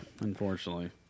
unfortunately